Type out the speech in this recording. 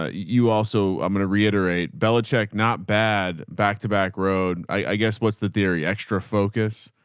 ah you also, i'm going to reiterate belicheck, not bad back-to-back road. i guess what's the theory. extra focus.